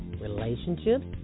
Relationships